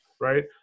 right